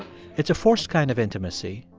it's a forced kind of intimacy,